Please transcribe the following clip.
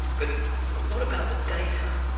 but what about the data?